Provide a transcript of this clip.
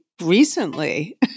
recently